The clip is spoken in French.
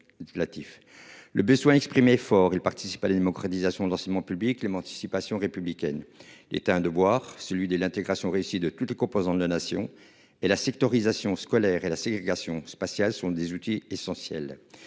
Le besoin exprimé fort il participe à la démocratisation de l'enseignement Clément anticipation républicaine. L'État a un devoir, celui de l'intégration réussie de toutes les composantes de la nation et la sectorisation scolaire et la ségrégation spatiale sont des outils essentiels